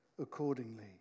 accordingly